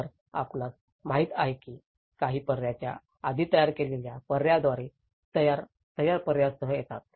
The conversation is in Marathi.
तर आपणास माहित आहे की काही पर्याय त्या आधी तयार केलेल्या पर्यायांद्वारे तयार तयार पर्यायांसह येतात